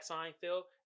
Seinfeld